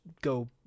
go